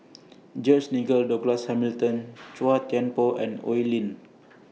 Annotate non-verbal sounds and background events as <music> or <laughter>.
George Nigel Douglas Hamilton <noise> Chua Thian Poh and Oi Lin